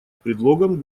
предлогом